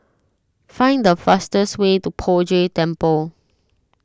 find the fastest way to Poh Jay Temple